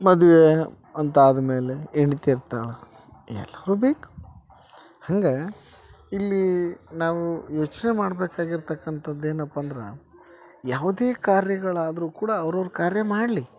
ಮದುವೆ ಅಂತ ಆದಮೇಲೆ ಹೆಂಡ್ತಿ ಇರ್ತಾಳೆ ಎಲ್ಲರೂ ಬೇಕು ಹಂಗೆ ಇಲ್ಲಿ ನಾವು ಯೋಚನೆ ಮಾಡ್ಬೇಕಾಗಿರ್ತಕ್ಕಂಥದ್ದು ಏನಪ್ಪ ಅಂದ್ರೆ ಯಾವುದೇ ಕಾರ್ಯಗಳಾದರೂ ಕೂಡ ಅವ್ರವ್ರ ಕಾರ್ಯ ಮಾಡಲಿ